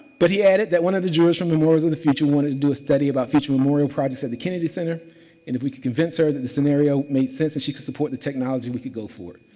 but he added that one of the jewish memorials of the future wanted to do a study about future memorial projects at the kennedy center. and if we could convince her that the scenario made sense that she could support the technology, we could go for it.